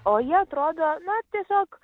o ji atrodo na tiesiog